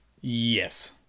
Yes